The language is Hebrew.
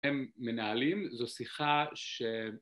‫הם מנהלים, זו שיחה ש...